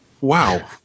Wow